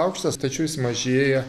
aukštas tačiau jis mažėja